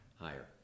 higher